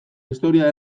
historia